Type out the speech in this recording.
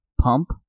pump